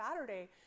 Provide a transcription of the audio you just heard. Saturday